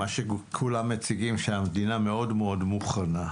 מה שכולם מציגים שהמדינה מאוד-מאוד מוכנה.